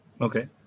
Okay